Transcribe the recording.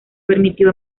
permitió